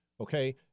okay